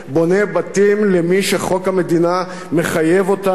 בונה בתים למי שחוק המדינה מחייב לבנות,